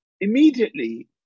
immediately